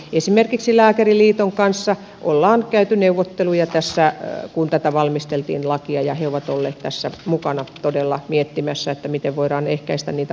esimerkiksi lääkäriliiton kanssa ollaan käyty neuvotteluja tässä kun tätä lakia valmisteltiin ja he ovat olleet tässä mukana todella miettimässä miten voidaan ehkäistä niitä ongelmia